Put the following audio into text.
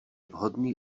vhodný